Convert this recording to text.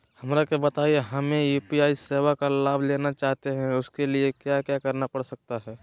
हमरा के बताइए हमें यू.पी.आई सेवा का लाभ लेना चाहते हैं उसके लिए क्या क्या करना पड़ सकता है?